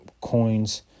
coins